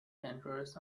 dangerous